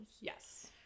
Yes